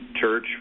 church